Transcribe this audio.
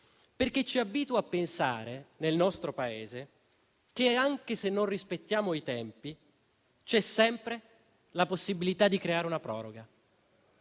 perché ci abitua a pensare, nel nostro Paese, che, anche se non rispettiamo i tempi, c'è sempre la possibilità di creare una proroga.